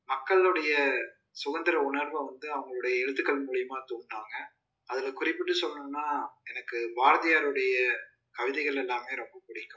மக்களுடைய சுகந்திர உணர்வை வந்து அவங்களுடைய எழுத்துக்கள் மூலிமா தூண்டினாங்க அதில் குறிப்பிட்டு சொல்லணுன்னா எனக்கு பாரதியாருடைய கவிதைகள் எல்லாமே ரொம்ப பிடிக்கும்